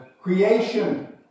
creation